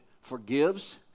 forgives